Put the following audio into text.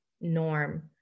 norm